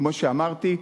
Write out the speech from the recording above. כמו שאמרתי.